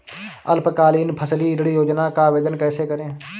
अल्पकालीन फसली ऋण योजना का आवेदन कैसे करें?